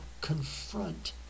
confront